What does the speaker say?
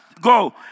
go